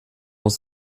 aus